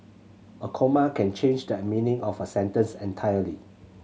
a comma can change that meaning of a sentence entirely